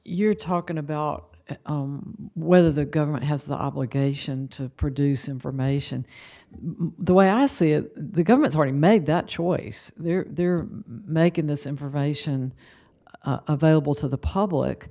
you're talking about whether the government has the obligation to produce information the way i see it the government's already made that choice they're making this information available to the public